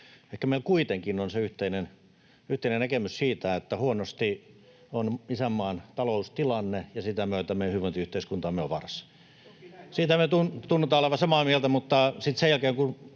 ehkä meillä kuitenkin on yhteinen näkemys siitä, että huonosti on isänmaan taloustilanne ja sen myötä meidän hyvinvointiyhteiskuntamme on vaarassa. Siitä me tunnutaan olevan samaa mieltä. Mutta sitten kun